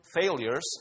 failures